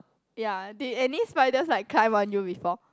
ya did any spiders like climb on you before